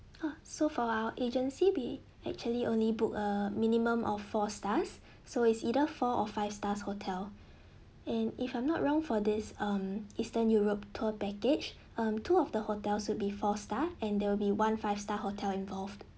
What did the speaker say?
uh so for our agency be actually only book uh minimum of four stars so is either four or five star hotel and if I'm not wrong for this um eastern europe tour package um two of the hotels will be four star and there will be one five star hotel involved